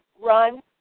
run